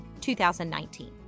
2019